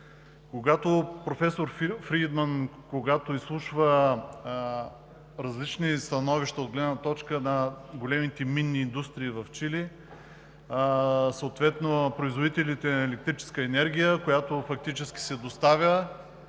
когато изслушвал различни становища и гледни точки на големите в минната индустрия в Чили, съответно на производителите на електрическа енергия, която фактически се доставяла